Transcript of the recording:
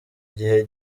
gihe